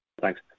thanks